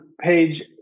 page